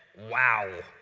wow.